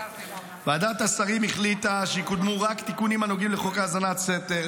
ועדת השרים החליטה שיקודמו רק תיקונים הנוגעים לחוק האזנת סתר,